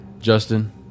Justin